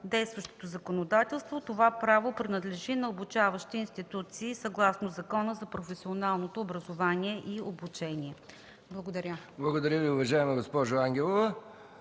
действащото законодателство това право принадлежи на обучаващи институции съгласно Закона за професионалното образование и обучение. Благодаря. ПРЕДСЕДАТЕЛ МИХАИЛ МИКОВ: Благодаря Ви, уважаема госпожо Ангелова.